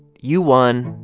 you won,